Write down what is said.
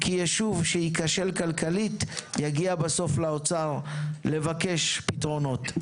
כי יישוב שייכשל כלכלית יגיע בסוף לאוצר לבקש פתרונות.